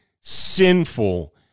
sinful